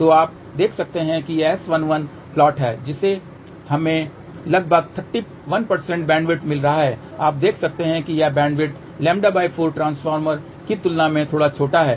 तो आप देख सकते हैं कि यह S11 प्लॉट है जिससे हमें लगभग 31 बैंडविड्थ मिल रहा है आप देख सकते हैं कि यह बैंडविड्थ λ4 ट्रांसफॉर्मर की तुलना में थोड़ा छोटा है